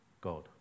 God